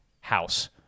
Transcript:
house